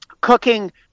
cooking